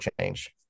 change